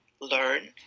learn